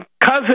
cousin